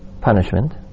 punishment